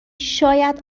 شاید